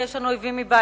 כי יש לנו אויבים מבית.